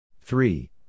Three